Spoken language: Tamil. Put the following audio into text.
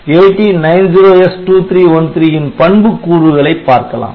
AT90S2313 ன் பண்புக் கூறுகளை பார்க்கலாம்